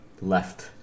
left